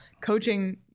coaching